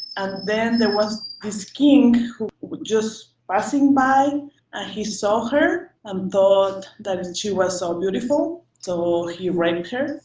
and then, there was this king who was just passing by, and he saw her and thought that she was so beautiful, so he raped her.